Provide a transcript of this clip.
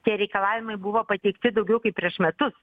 tie reikalavimai buvo pateikti daugiau kaip prieš metus